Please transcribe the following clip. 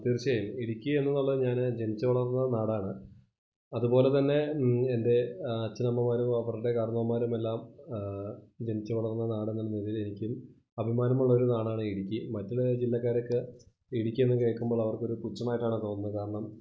തീര്ച്ചയായും ഇടുക്കി എന്നുള്ളത് ഞാൻ ജനിച്ചു വളര്ന്ന നാടാണ് അതു പോലെ തന്നെ എന്റെ അച്ഛൻ അമ്മമാരും അവരുടെ കാരണവന്മാരും എല്ലാം ജനിച്ചു വളര്ന്ന നാടെന്ന നിലയിൽ എനിക്ക് അഭിമാനമുള്ള ഒരു നാടാണ് ഇടുക്കി മറ്റുള്ള ജില്ലക്കാരൊക്കെ ഇടുക്കി എന്ന് കേൾക്കുമ്പോൾ അവര്ക്ക് ഒരു പുച്ഛമായിട്ടാണ് തോന്നുന്നത് കാരണം